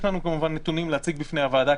יש לנו נתונים להציג בפני הוועדה,